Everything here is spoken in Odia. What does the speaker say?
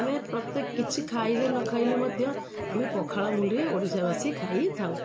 ଆମେ ପ୍ରତ୍ୟେକ କିଛି ଖାଇଲେ ନ ଖାଇଲେ ମଧ୍ୟ ଆମେ ପଖାଳ ଗଣ୍ଡେ ଓଡ଼ିଶା ବାସୀ ଖାଇଥାଉ